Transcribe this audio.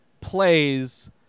plays